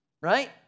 right